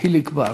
חיליק בר.